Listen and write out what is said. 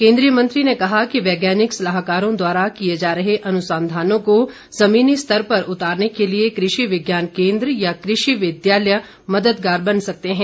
केन्द्रीय मंत्री ने कहा कि वैज्ञानिक सलाहकारों द्वारा किए जा रहे अनुसंधानों को जमीनी स्तर पर उतारने के लिए कृषि विज्ञान केन्द्र या कृषि विद्यालय मददगार बन सकते हैं